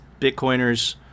bitcoiners